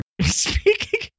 speaking